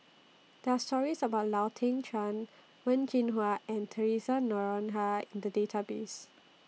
There Are stories about Lau Teng Chuan Wen Jinhua and Theresa Noronha in The Database